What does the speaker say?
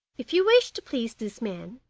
if you wish to please these men,